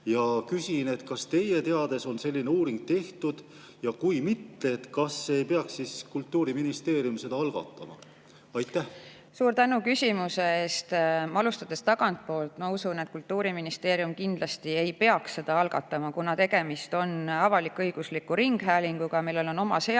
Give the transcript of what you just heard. Küsin, kas teie teada on selline uuring tehtud ja kui mitte, kas ei peaks siis Kultuuriministeerium seda algatama. Suur tänu küsimuse eest! Alustades tagantpoolt, ma usun, et Kultuuriministeerium kindlasti ei peaks seda algatama, kuna tegemist on avalik-õigusliku ringhäälinguga, millel on oma seadus,